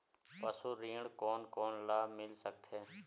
पशु ऋण कोन कोन ल मिल सकथे?